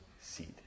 seed